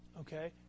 okay